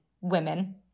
women